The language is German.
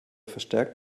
verstärkt